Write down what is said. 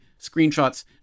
screenshots